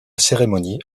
cérémonie